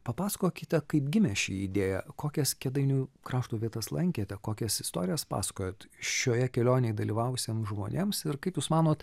papasakokite kaip gimė ši idėja kokias kėdainių krašto vietas lankėte kokias istorijas pasakojot šioje kelionėj dalyvavusiem žmonėms ir kaip jūs manot